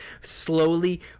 slowly